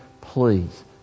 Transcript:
please